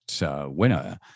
winner